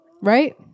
Right